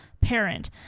parent